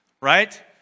Right